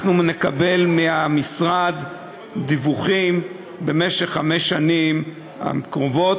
נקבל מהמשרד דיווחים במשך חמש השנים הקרובות.